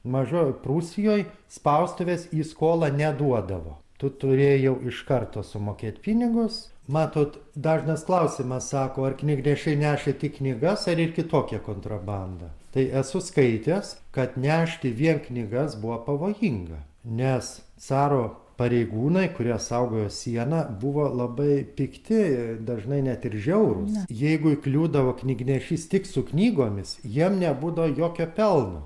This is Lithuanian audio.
mažojoj prūsijoj spaustuvės į skolą neduodavo tu turėjai jau iš karto sumokėt pinigus matot dažnas klausimas sako ar knygnešiai nešė tik knygas ar kitokią kontrabandą tai esu skaitęs kad nešti vien knygas buvo pavojinga nes caro pareigūnai kurie saugojo sieną buvo labai pikti dažnai net ir žiaurūs jeigu įkliūdavo knygnešys tik su knygomis jiem nebūdavo jokio pelno